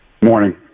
morning